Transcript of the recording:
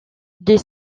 des